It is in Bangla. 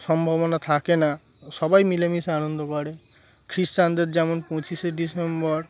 সম্ভাবনা থাকে না সবাই মিলেমিশে আনন্দ করে খ্রিস্টানদের যেমন পঁচিশে ডিসেম্বর